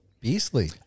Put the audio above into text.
beastly